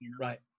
right